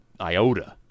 iota